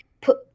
put